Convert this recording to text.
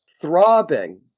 throbbing